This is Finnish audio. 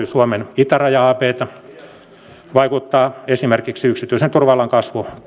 suomen itäraja abtä vaikuttaa esimerkiksi yksityisen turva alan kasvu